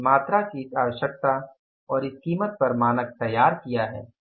हमने मात्रा की इस आवश्यकता और इस कीमत पर मानक तैयार किया है